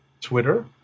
Twitter